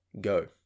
go